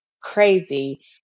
crazy